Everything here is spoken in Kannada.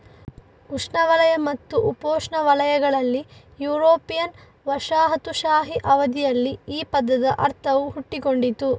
ಉಷ್ಣವಲಯ ಮತ್ತು ಉಪೋಷ್ಣವಲಯಗಳಲ್ಲಿ ಯುರೋಪಿಯನ್ ವಸಾಹತುಶಾಹಿ ಅವಧಿಯಲ್ಲಿ ಈ ಪದದ ಅರ್ಥವು ಹುಟ್ಟಿಕೊಂಡಿತು